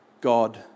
God